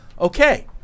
okay